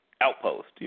outpost